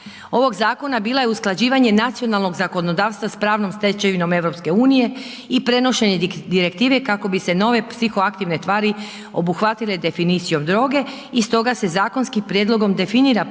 ovog zakona bila je usklađivanje nacionalnog zakonodavstva s pravnom stečevinom EU i prenošenje Direktive kako bi se nove psihoaktivne tvari obuhvatile definicijom droge i stoga se zakonskim prijedlogom definira